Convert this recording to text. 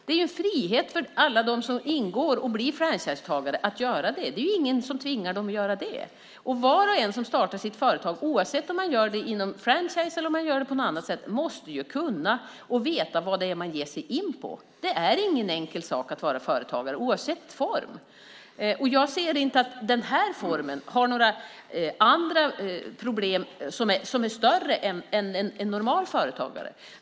Det är fritt för alla som blir franchisetagare att skriva avtal. Det är ingen som tvingar dem att göra det. Var och en som startar sitt företag, oavsett om de gör det som franchisetagare eller på annat sätt, måste veta vad de ger sig in på. Det är ingen enkel sak att vara företagare, oavsett form. Jag ser inte att den här formen har större problem än vad som är normalt för företag.